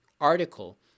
article